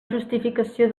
justificació